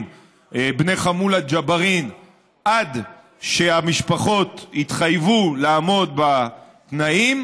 בני חמולת ג'בארין עד שהמשפחות התחייבו לעמוד בתנאים,